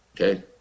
Okay